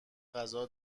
غذا